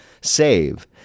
save